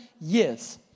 years